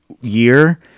year